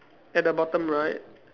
at the bottom right